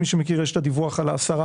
מי שמכיר, יש את הדיווח על ה-10%,